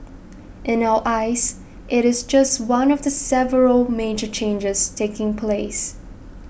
in our eyes it is just one of the several major changes taking place